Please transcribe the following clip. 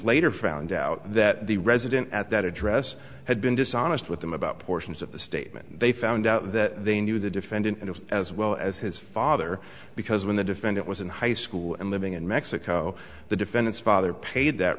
later found out that the resident at that address had been dishonest with them about portions of the statement they found out that they knew the defendant and as well as his father because when the defendant was in high school and living in mexico the defendant's father paid that